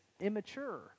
immature